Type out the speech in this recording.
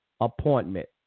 appointment